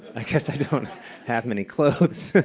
i guess i don't have many clothes.